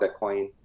Bitcoin